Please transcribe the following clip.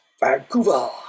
Vancouver